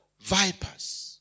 vipers